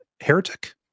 Heretic